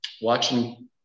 watching